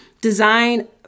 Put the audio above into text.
design